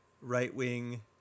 right-wing